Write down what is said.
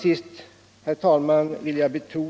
Herr talman!